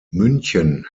münchen